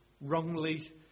wrongly